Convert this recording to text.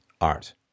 art